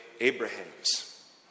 Abrahams